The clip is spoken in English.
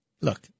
look